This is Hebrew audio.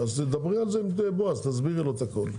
אז דברי על זה עם בועז ותסבירי לו את הכול,